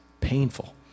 painful